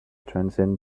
transcend